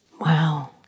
Wow